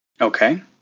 Okay